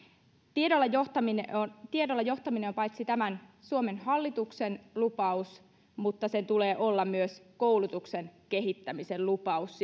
tiedolla johtaminen on paitsi tämän suomen hallituksen lupaus mutta sen tulee olla myös koulutuksen kehittämisen lupaus